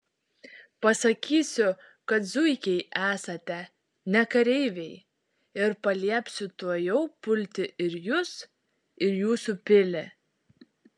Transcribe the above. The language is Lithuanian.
pasakysiu kad zuikiai esate ne kareiviai ir paliepsiu tuojau pulti ir jus ir jūsų pilį